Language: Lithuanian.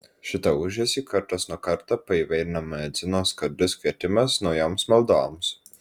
šitą ūžesį kartas nuo karto paįvairina muedzino skardus kvietimas naujoms maldoms